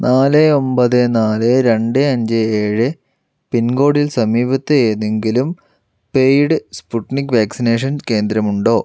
നാല് ഒമ്പത് നാല് രണ്ട് അഞ്ച് ഏഴ് പിൻകോഡിൽ സമീപത്ത് ഏതെങ്കിലും പെയ്ഡ് സ്പുട്നിക് വാക്സിനേഷൻ കേന്ദ്രമുണ്ടോ